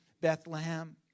Bethlehem